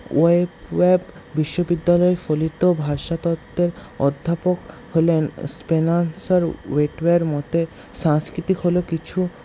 বিশ্ববিদ্যালয় ফলিত ভাষাতত্ত্বের অধ্যাপক হলেন স্পেন্সর মতে সাংস্কৃতিক হল কিছু